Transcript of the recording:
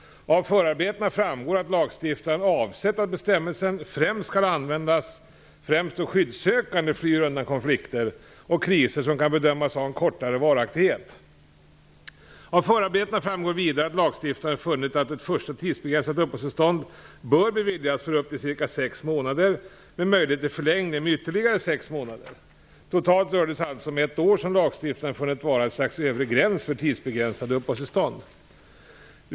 Av förarbetena framgår att lagstiftaren avsett att bestämmelsen skall användas främst då skyddssökande flyr undan konflikter och kriser som kan bedömas ha en kortare varaktighet. Av förarbetena framgår vidare att lagstiftaren funnit att ett första tidsbegränsat uppehållstillstånd bör beviljas för upp till cirka sex månader med möjlighet till förlängning med ytterligare sex månader. Totalt rör det sig alltså om ett år som lagstiftaren funnit vara ett slags övre gräns för tidsbegränsade uppehållstillstånd.